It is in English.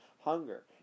hunger